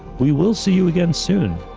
we will see you again soon.